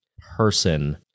person